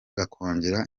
bakongera